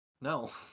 No